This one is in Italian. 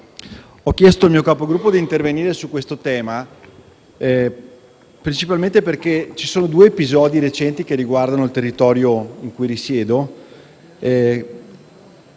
ho chiesto al mio Capogruppo di intervenire su questo tema principalmente perché ci sono due episodi recenti che riguardano il territorio dove risiedo: